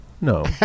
no